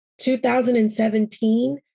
2017